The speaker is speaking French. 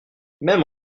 même